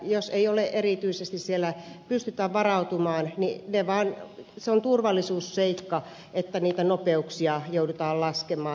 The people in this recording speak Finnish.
jos ei siellä erityisesti pystytä varautumaan niin se on turvallisuusseikka että niitä nopeuksia joudutaan laskemaan